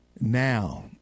Now